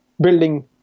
building